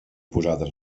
posades